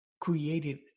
created